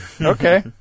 okay